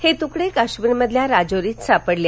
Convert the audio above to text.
हे तुकडे काश्मीरमधील राजौरीत सापडले